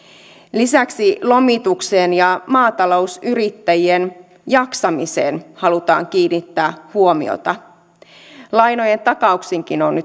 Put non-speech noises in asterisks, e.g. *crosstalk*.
lisäksi lomitukseen ja maatalousyrittäjien jaksamiseen halutaan kiinnittää huomiota lainojen takauksiinkin on *unintelligible*